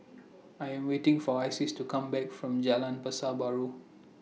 I Am waiting For Isis to Come Back from Jalan Pasar Baru